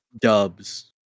dubs